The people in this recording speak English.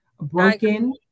Broken